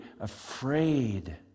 afraid